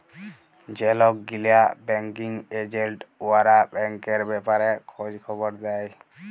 যে লক গিলা ব্যাংকিং এজেল্ট উয়ারা ব্যাংকের ব্যাপারে খঁজ খবর দেই